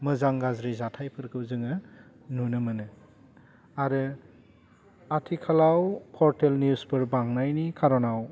मोजां गाज्रि जाथाइफोरखौ जोङो नुनो मोनो आरो आथिखालाव पर्टेल निउसफोर बांनायनि खार'नाव